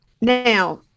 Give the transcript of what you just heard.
Now